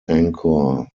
anchor